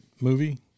movie